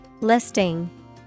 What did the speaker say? Listing